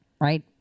right